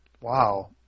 Wow